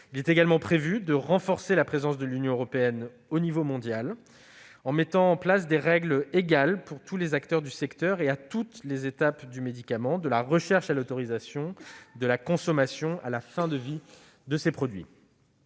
Il est également prévu de renforcer la présence de l'Union européenne à l'échelon mondial, en mettant en place des règles égales pour tous les acteurs du secteur et à toutes les étapes du médicament- de la recherche à l'autorisation, de la consommation à la fin de vie de ces produits.